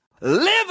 live